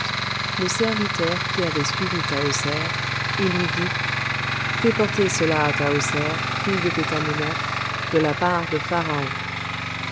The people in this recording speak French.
le serviteur qui avait suivi tahoser et lui dit fais porter cela à tahoser fille de pétamounoph de la part de